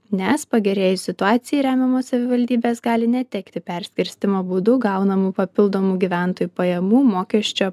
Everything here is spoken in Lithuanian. nes pagerėjus situacijai remiamos savivaldybės gali netekti perskirstymo būdu gaunamų papildomų gyventojų pajamų mokesčio